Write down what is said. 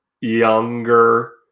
younger